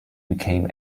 became